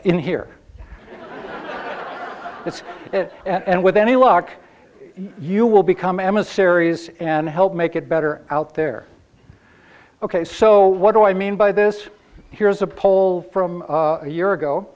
in here and with any luck you will become emissaries and help make it better out there ok so what do i mean by this here's a poll from a year ago